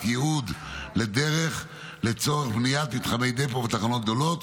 יהוד לדרך לצורך בניית מתחמי דפו ותחנות גדולות,